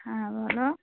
হ্যাঁ বলো